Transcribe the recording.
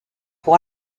pour